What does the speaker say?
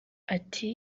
ati